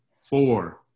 four